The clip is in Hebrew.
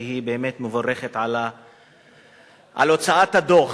שהיא מבורכת על הוצאת הדוח,